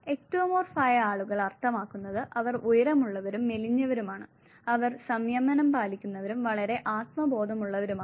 ectomorph ആയ ആളുകൾ അർത്ഥമാക്കുന്നത് അവർ ഉയരമുള്ളവരും മെലിഞ്ഞവരുമാണ് അവർ സംയമനം പാലിക്കുന്നവരും വളരെ ആത്മബോധമുള്ളവരുമാണ്